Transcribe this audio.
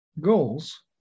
Goals